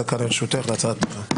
דקה לרשותך בהצהרת פתיחה.